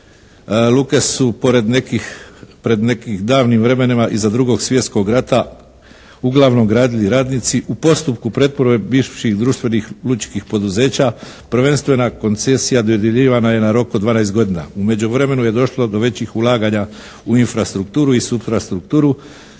Luke su pred nekih davnim vremenima iza drugog svjetskog rata uglavnom gradili radnici. U postupku pretvorbe bivših društvenih lučkih poduzeća prvenstvena koncesija dodjeljivana je na rok od 12 godina. U međuvremenu je došlo do većih ulaganja u infrastrukturu i suprastrukturu